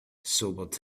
sobered